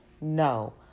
No